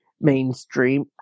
mainstream